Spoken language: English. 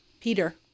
Peter